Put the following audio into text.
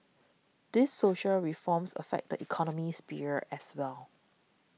these social reforms affect the economic sphere as well